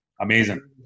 Amazing